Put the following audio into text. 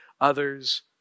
others